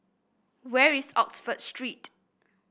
where is Oxford Street